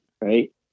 right